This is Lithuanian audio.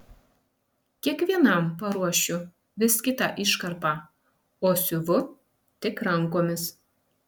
kiekvienam paruošiu vis kitą iškarpą o siuvu tik rankomis